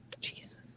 Jesus